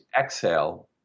exhale